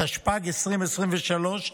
התשפ"ד 2023,